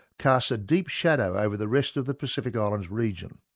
casts a deep shadow over the rest of the pacific islands region.